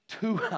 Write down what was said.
Two